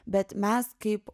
bet mes kaip